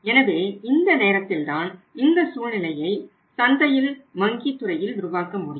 எனவே இந்த நேரத்தில் தான் இந்த சூழ்நிலையை சந்தையில் வங்கி துறையில் உருவாக்கமுடியும்